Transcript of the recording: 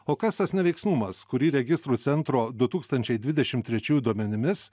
o kas tas neveiksnumas kurį registrų centro du tūkstančiai dvidešimt trečiųjų duomenimis